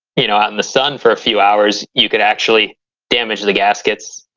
you know, out in the sun for a few hours. you could actually damage the gaskets.